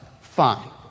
fine